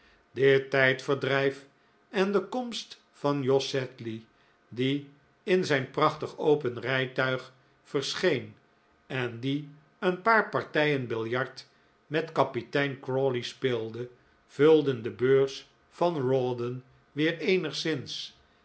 dit tijdverdrijf en de komst van jos sedley die in zijn prachtig open rijtuig verscheen en die een paar partijen biljart met kapitein crawley speelde vulden de beurs van rawdon weer eenigszins